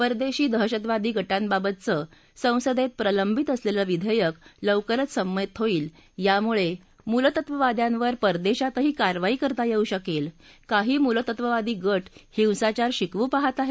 परदेशी दहशतवादी गटांबाबतचं संसदेत प्रलंबित असलेलं विघेयक लवकरच संमत होईल यामुळे मूलतत्त्ववाद्यांवर परदेशातही कारवाई करता येऊ शकेल काही मूलतत्त्ववादी गट हिंसाचार शिकवू पाहात आहेत